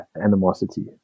animosity